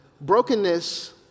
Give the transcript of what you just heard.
Brokenness